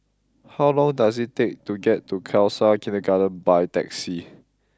how long does it take to get to Khalsa Kindergarten by taxi